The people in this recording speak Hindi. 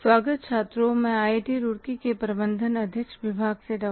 स्वागत छात्रों मैं आईआईटी रुड़की के प्रबंधन अध्ययन विभाग से डॉ